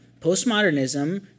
postmodernism